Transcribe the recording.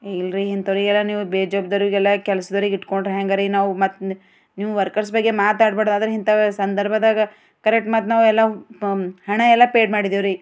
ಇಲ್ರೀ ಇಂಥವ್ರಿಗೆಲ್ಲ ನೀವು ಬೇಜವಬ್ದಾರ್ರಿಗೆಲ್ಲ ಕೆಲ್ಸದವ್ರಿಗೆ ಇಟ್ಕೊಂಡ್ರೆ ಹ್ಯಾಂಗೆ ರೀ ನಾವು ಮತ್ತೆ ನೀವು ವರ್ಕರ್ಸ್ ಬಗ್ಗೆ ಮಾತಾಡ್ಬೇಡ ಆದರೆ ಇಂಥ ಸಂದರ್ಭದಾಗ ಕರೆಕ್ಟ್ ಮತ್ತೆ ನಾವೆಲ್ಲ ಹಣ ಎಲ್ಲ ಪೇಯ್ಡ್ ಮಾಡಿದೀವ್ರಿ